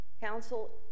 Council